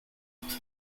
anti